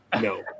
No